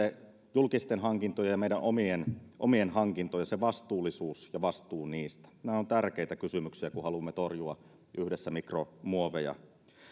julkisten hankintojen ja meidän omien omien hankintojen vastuullisuuden ja vastuun niistä nämä ovat tärkeitä kysymyksiä kun haluamme torjua yhdessä mikromuoveja